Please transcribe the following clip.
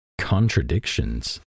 Contradictions